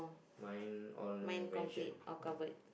mine all mentioned all